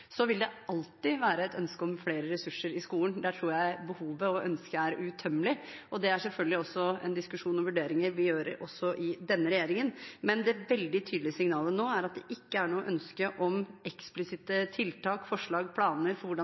Så vil det alltid være et ønske om flere ressurser i skolen. Der tror jeg behovet og ønsket er utømmelig. Det er selvfølgelig også en diskusjon og vurderinger vi gjør i denne regjeringen. Men det veldig tydelige signalet nå er at det ikke er noe ønske om eksplisitte tiltak, forslag eller planer for hvordan